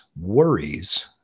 worries